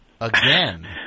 again